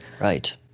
Right